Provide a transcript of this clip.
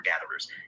gatherers